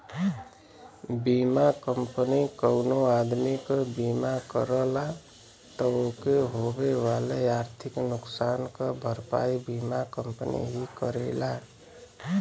बीमा कंपनी कउनो आदमी क बीमा करला त ओके होए वाले आर्थिक नुकसान क भरपाई बीमा कंपनी ही करेला